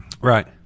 Right